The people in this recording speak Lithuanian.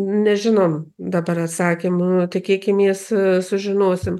nežinom dabar atsakymo tikėkimės sužinosim